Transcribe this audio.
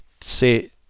say